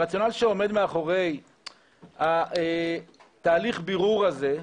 הרציונל שעומד מאחורי תהליך הבירור הזה,